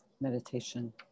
meditation